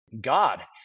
God